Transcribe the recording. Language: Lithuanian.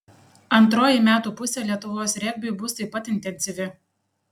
antroji metų pusė lietuvos regbiui bus taip pat intensyvi